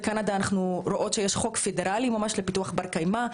בקנדה אנחנו רואות שיש חוק פדרלי ממש לפיתוח בר קיימא.